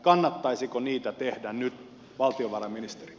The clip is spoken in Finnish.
kannattaisiko niitä tehdä nyt valtiovarainministeri